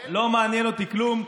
לא מעניין אותי כלום.